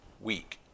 week